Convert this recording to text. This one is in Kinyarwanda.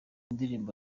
indirimbo